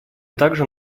также